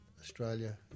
Australia